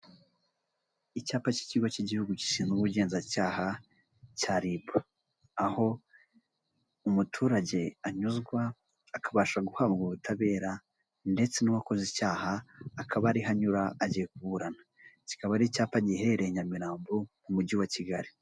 Icyapa cy'ikigo cy'igihugu gishinzwe ubugenzacyaha cya ribu aho umuturage anyuzwa akabasha guhabwa ubutabera ndetse n'uwakoze icyaha akaba ariho anyura agiye kuburana kikaba ari icyapa giheherereye i nyamirambo mu mujyi wa kigali.